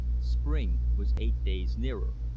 spring was eight days nearer.